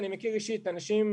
אני מכיר אישית אנשים,